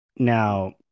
Now